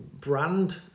brand